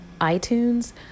iTunes